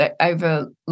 over